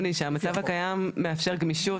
המצב הקיים מאפשר גמישות.